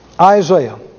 Isaiah